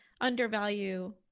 undervalue